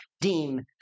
deem